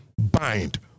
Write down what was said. bind